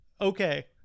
Okay